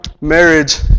marriage